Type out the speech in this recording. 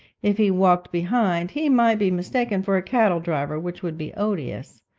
if he walked behind, he might be mistaken for a cattle-driver, which would be odious.